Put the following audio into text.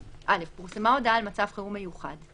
21. (א)פורסמה הודעה על מצב חירום מיוחד,